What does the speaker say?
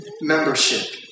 Membership